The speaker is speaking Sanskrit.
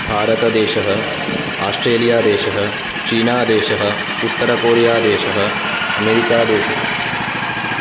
भारतदेशः आस्ट्रेलियादेशः चीनादेशः उत्तरकोरियादेशः अमेरिकादेशः